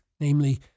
namely